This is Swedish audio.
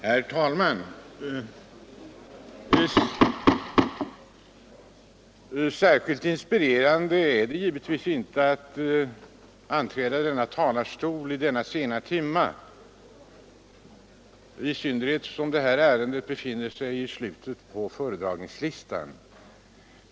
Herr talman! Särskilt inspirerande är det givetvis inte att beträda talarstolen i denna sena timme, i synnerhet som detta ärende är upptaget i slutet på föredragningslistan.